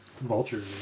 vultures